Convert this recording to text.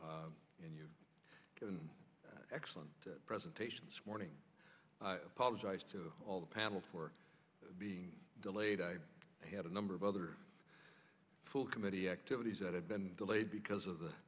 and you get an excellent presentation morning apologize to all the panels for being delayed i had a number of other full committee activities that have been delayed because of the